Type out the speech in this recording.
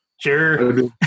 Sure